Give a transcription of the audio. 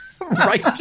right